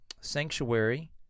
sanctuary